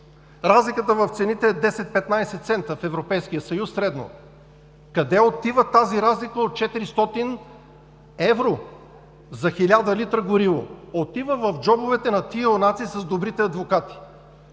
Разликата в цените е 10 – 15 цента средно в Европейския съюз. Къде отива тази разлика от 400 евро за 1000 литра гориво? Отива в джобовете на тези юнаци с добрите адвокати,